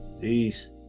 Peace